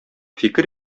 фикер